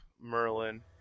merlin